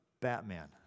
Batman